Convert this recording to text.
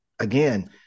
again